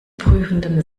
prüfenden